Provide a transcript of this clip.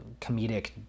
comedic